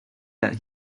that